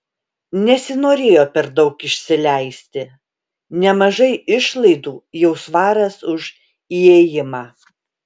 nesinorėjo per daug išsileisti nemažai išlaidų jau svaras už įėjimą